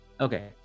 okay